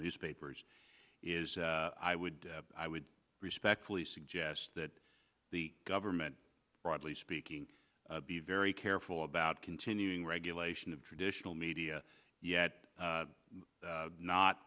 newspapers is i would i would respectfully suggest that the government broadly speaking be very careful about continuing regulation of traditional media yet